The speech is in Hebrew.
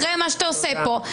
אחרי מה שאתה עושה פה,